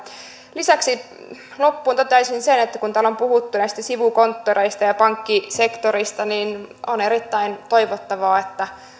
lisäksi loppuun toteaisin sen että kun täällä on puhuttu näistä sivukonttoreista ja pankkisektorista on erittäin toivottavaa että